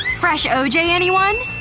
fresh o j, anyone?